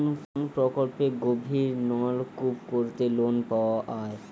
কোন প্রকল্পে গভির নলকুপ করতে লোন পাওয়া য়ায়?